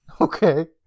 okay